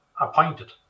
appointed